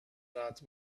that